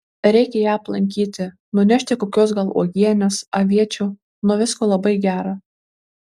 reikia ją aplankyti nunešti kokios gal uogienės aviečių nuo visko labai gera